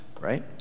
right